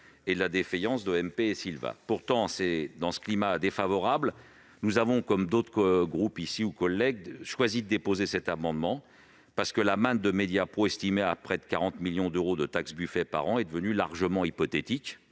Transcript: avec la défaillance de MP & Silva. Dans ce climat défavorable, nous avons, comme d'autres groupes ou collègues, décidé de proposer cette mesure, parce que la manne de Mediapro, estimée à près de 40 millions d'euros de taxe Buffet par an, est devenue largement hypothétique.